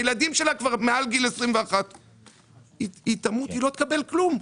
הילדים שלה כבר מעל גיל 21. היא תמות היא לא תקבל כלום.